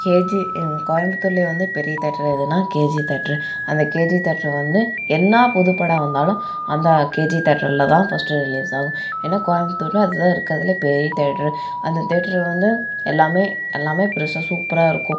KG எங்கள் கோயமுத்தூரிலே வந்து பெரிய தேயேட்டர் எதுன்னால் கேஜி தேயேட்டரு அந்த கேஜி தேயேட்டரு வந்து என்ன புதுப்படம் வந்தாலும் அந்த கேஜி தேயேட்டர்ல தான் ஃபஸ்ட் ரிலீஸ் ஆகும் ஏன்னா கோயமுத்தூர்ல அதுதான் இருக்கிறதுலியே பெரிய தேயேட்டரு அந்த தேயேட்டரு வந்து எல்லாமே எல்லாமே பெருசாக சூப்பராக இருக்கும்